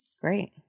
great